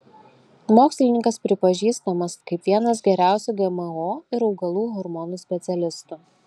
mokslininkas pripažįstamas kaip vienas geriausių gmo ir augalų hormonų specialistų